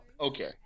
okay